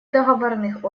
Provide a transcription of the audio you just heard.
договорных